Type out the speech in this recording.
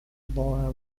boer